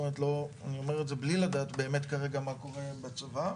אני אומר את זה בלי לדעת באמת כרגע מה קורה בצבא.